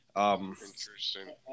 Interesting